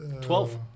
Twelve